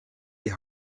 die